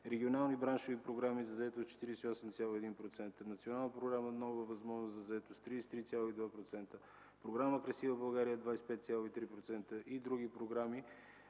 регионални браншови програми за заетост – 48,1%; Национална програма „Нова възможност за заетост” – 33,2%; Програма „Красива България” – 25,3% и други програми